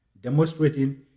demonstrating